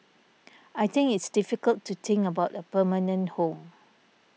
I think it's difficult to think about a permanent home